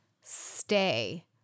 stay